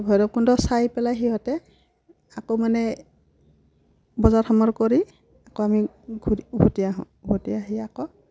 ভৈৰৱকুণ্ড চাই পেলাই সিহঁতে আকৌ মানে বজাৰ সমাৰ কৰি আকৌ আমি ঘূৰি উভতি আহোঁ উভতি আহি আকৌ